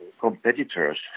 competitors